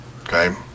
Okay